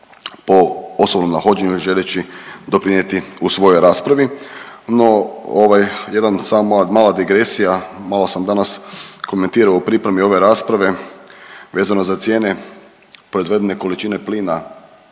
po osobnom nahođenju želeći doprinijeti u svojoj raspravi. No jedna samo mala digresija. Malo sam danas komentirao u pripremi ove rasprave vezano za cijene proizvedene količine plina